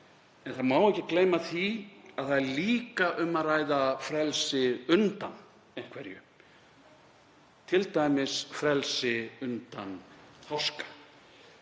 En það má ekki gleyma því að það er líka um að ræða frelsi undan einhverju, t.d. frelsi undan háska.